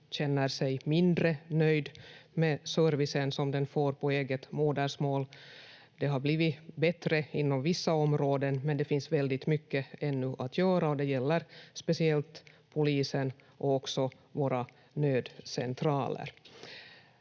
känner sig mindre nöjd med servicen som den får på eget modersmål. Det har blivit bättre inom vissa områden, men det finns väldigt mycket ännu att göra och det gäller speciellt polisen och också våra nödcentraler.